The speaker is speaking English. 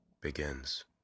begins